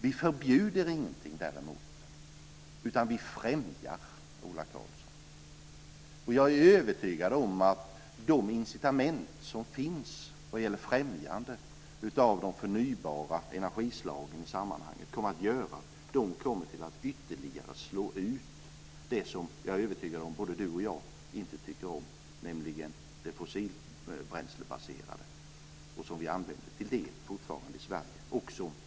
Vi förbjuder ingenting - vi främjar, Ola Karlsson. Jag är övertygad om att de incitament som finns för främjande av de förnybara energislagen ytterligare kommer att slå ut det som varken Ola Karlsson eller jag tycker om, nämligen de fossilbränslebaserade energislag som vi till en del fortfarande använder i Sverige.